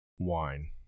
wine